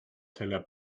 selle